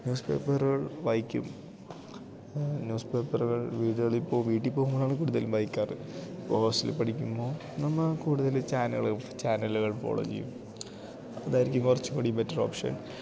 news പേപ്പറുകൾ വായിക്കും news പേപ്പറുകൾ വീടുകളിലിപ്പോൾ വീട്ടിൽ പോകുമ്പോഴാണ് കൂടുതലും വായിക്കാറ് ഇപ്പോൾ ഹോസ്റ്റലിൽ പഠിക്കുമ്പോൾ നമ്മൾ കൂടുതൽ ചാനലും ചാനലുകൾ ഫോളോ ചെയ്യും അതായിരിക്കും കുറച്ചുകൂടി ബെറ്റർ ഓപ്ഷൻ